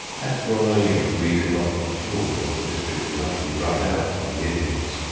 at roraima we did not hunt at all, as the district is utterly rubbed out by the indians.